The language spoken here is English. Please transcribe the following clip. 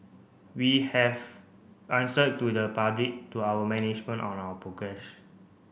we have answer to the public to our management on our progress